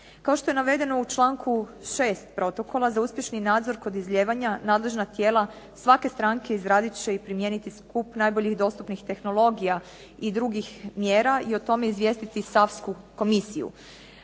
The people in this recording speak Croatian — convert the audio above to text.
Kao što je navedeno u članku 6. protokola za uspješni nadzor kod izlijevanja nadležna tijela svake stranke izradit će i primijeniti skup najboljih dostupnih tehnologija i drugih mjera i o tome izvijestiti savsku komisiju.